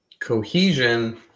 Cohesion